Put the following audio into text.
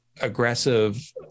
aggressive